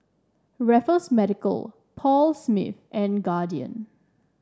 Raffles Medical Paul Smith and Guardian